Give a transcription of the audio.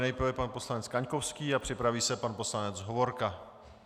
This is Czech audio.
Nejprve pan poslanec Kaňkovský a připraví se pan poslanec Hovorka.